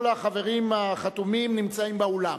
כל החברים החתומים נמצאים באולם.